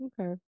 Okay